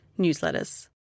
newsletters